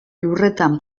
lurretan